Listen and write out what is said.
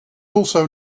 also